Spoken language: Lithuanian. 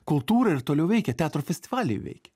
kultūra ir toliau veikia teatro festivaliai veikia